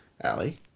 Allie